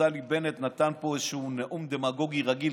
נפתלי בנט נתן פה איזשהו נאום דמגוגי רגיל.